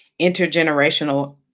intergenerational